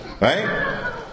Right